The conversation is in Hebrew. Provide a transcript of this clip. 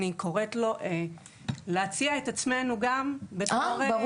אני קוראת לו להציע את עצמנו גם --- ברור.